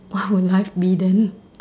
what would life be then